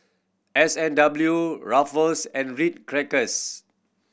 S and W Ruffles and Ritz Crackers